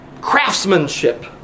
craftsmanship